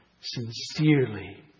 sincerely